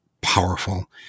Powerful